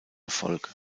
erfolg